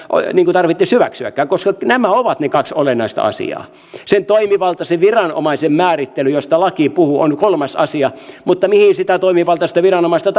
tarvitsisi hyväksyäkään koska nämä ovat ne kaksi olennaista asiaa sen toimivaltaisen viranomaisen määrittely mistä laki puhuu on kolmas asia mutta mihin sitä toimivaltaista viranomaista